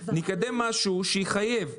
נקדם משהו שיחייב.